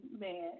man